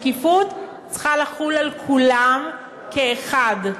שקיפות צריכה לחול על כולם כאחד.